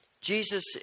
Jesus